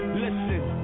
listen